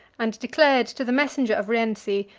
and declared to the messenger of rienzi,